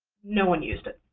no one used it.